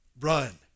Run